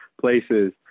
places